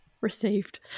received